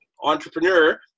entrepreneur